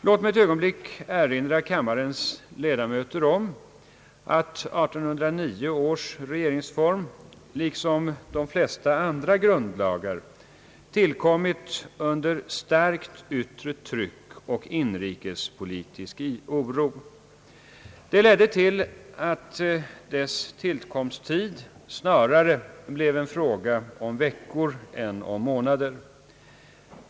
Låt mig ett ögonblick erinra kammarens ledamöter om att 1809 års regeringsform, liksom de flesta andra grundlagar, tillkom under starkt yttre tryck och under inrikespolitisk oro. Detta ledde till att dess tillkomsttid snarare blev en fråga om veckor än om månader.